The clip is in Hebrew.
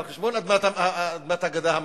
על חשבון אדמת הגדה המערבית,